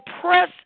press